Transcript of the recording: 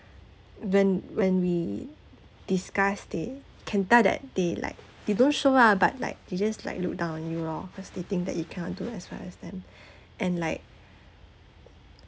when when we discuss they can tell that they like they don't show ah but like they just like look down you loh cause they think that you cannot do as well as them and like